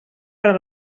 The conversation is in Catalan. per